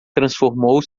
transformou